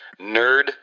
Nerd